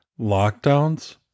Lockdowns